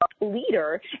leader